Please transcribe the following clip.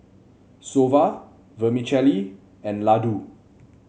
Soba Vermicelli and Ladoo